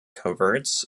coverts